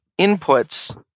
inputs